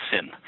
sin